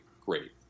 great